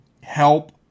help